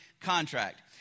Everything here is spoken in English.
contract